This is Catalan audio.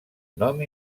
nom